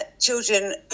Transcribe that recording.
children